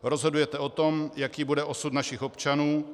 Rozhodujete o tom, jaký bude osud našich občanů.